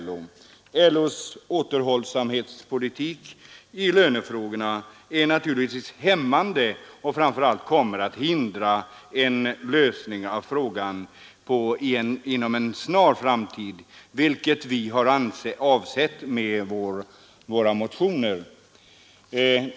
LO:s återhållsamhetspolitik i lönefrågorna är naturligtvis hämmande och kommer framför allt att hindra den lösning av frågan inom en snar framtid, vilken vi har avsett med våra motioner.